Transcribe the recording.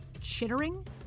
chittering